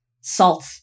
Salt